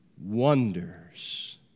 wonders